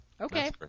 Okay